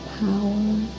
power